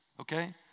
okay